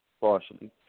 Partially